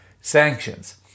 sanctions